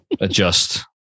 adjust